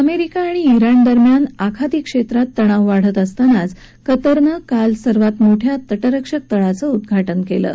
America आणि Iran दरम्यान आखाती क्षह्यात तणाव वाढत असतानाच कतारनं काल सर्वात मोठ्या तटरक्षक तळाचं उद्घाटन क्लि